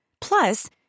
Plus